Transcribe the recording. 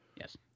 Yes